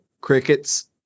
crickets